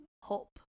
hope